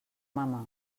mama